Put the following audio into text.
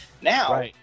Now